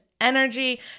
Energy